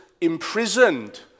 imprisoned